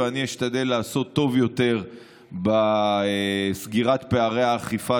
ואני אשתדל לעשות טוב יותר בסגירת פערי האכיפה,